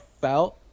felt